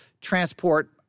transport